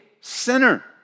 sinner